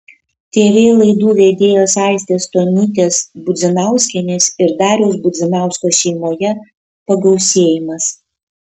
tv laidų vedėjos aistės stonytės budzinauskienės ir dariaus budzinausko šeimoje pagausėjimas